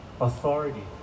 authority